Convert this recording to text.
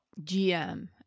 gm